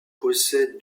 possède